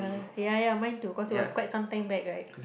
ya ya mine too because it was quite sometime back right